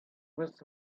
was